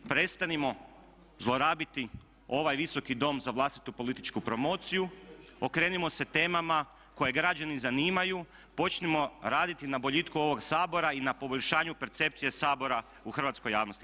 Prestanimo zlorabiti ovaj visoki Dom za vlastitu političku promociju, okrenimo se temama koje građani zanimaju, počnimo raditi na boljitku ovog Sabora i na poboljšanju percepcije Sabora u hrvatskoj javnosti.